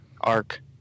ark